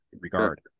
regard